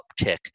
uptick